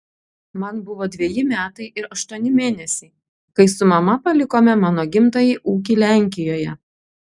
man buvo dveji metai ir aštuoni mėnesiai kai su mama palikome mano gimtąjį ūkį lenkijoje